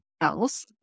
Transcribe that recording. else